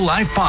Life